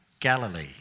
Galilee